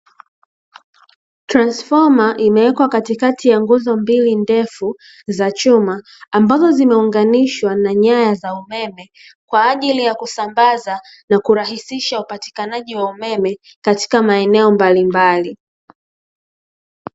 Transfoma imewekwa katikati ya nguzo mbili ndefu za chuma, ambazo zimeunganishwa na nyaya za umeme kwa ajili ya kusambaza na kurahisisha upatikanaji wa umeme katika maeneo mbalimbali.